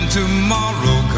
tomorrow